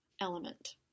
element